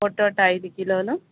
potato ఐదు కిలోలు